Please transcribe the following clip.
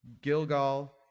Gilgal